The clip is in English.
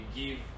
give